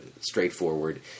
straightforward